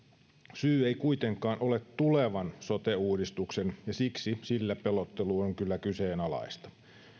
syy ei kuitenkaan ole tulevan sote uudistuksen ja siksi sillä pelottelu on kyllä kyseenalaista